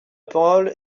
parole